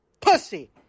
pussy